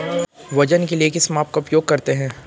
वजन के लिए किस माप का उपयोग करते हैं?